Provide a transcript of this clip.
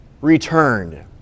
returned